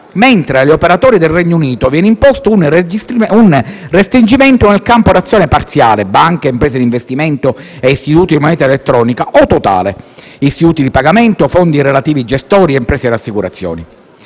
mentre agli operatori del Regno Unito viene imposto un restringimento del campo d'azione parziale (banche, imprese d'investimento e istituti di moneta elettronica) o totale (istituti di pagamento, fondi e relativi gestori e imprese di assicurazione).